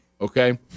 okay